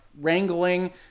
wrangling